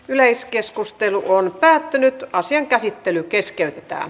yleiskeskustelu päättyi ja asian käsittely keskeytettiin